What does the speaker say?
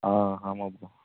ஆ ஆமாம் ப்ரோ